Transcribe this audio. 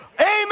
amen